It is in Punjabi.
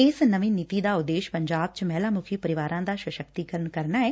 ਇਸ ਨਵੀ ਨੀਤੀ ਦਾ ਉਦੇਸ਼ ਪੰਜਾਬ ਚ ਮਹਿਲਾ ਮੱਖੀ ਪਰਿਵਾਰਾਂ ਦਾ ਸਸਕਤੀਕਰਨ ਕਰਨਾ ਏ